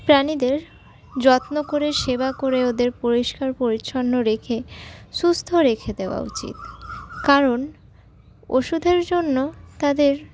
প্রাণীদের যত্ন করে সেবা করে ওদের পরিষ্কার পরিচ্ছন্ন রেখে সুস্থ রেখে দেওয়া উচিত কারণ ওষুধের জন্য তাদের